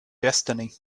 destiny